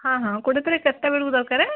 ହଁ ହଁ କୋଡ଼ିଏ ତାରିଖ୍ କେତେଟା ବେଳୁକୁ ଦରକାରେ